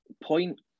point